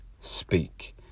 speak